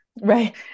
Right